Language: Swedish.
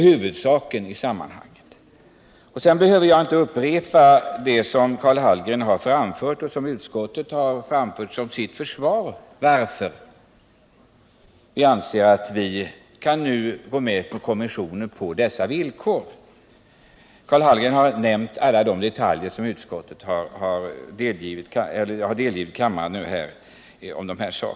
Sedan behöver jag inte upprepa vad Karl Hallgren har anfört och vad utskottet har anfört som sitt försvar — varför vi anser att vi nu kan gå med på konventionen på dessa villkor. Karl Hallgren har nämnt alla de detaljer som utskottet har delgett kammaren om detta.